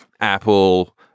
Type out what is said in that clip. Apple